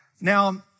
Now